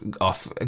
off